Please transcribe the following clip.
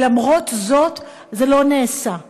ולמרות זאת זה לא נעשה.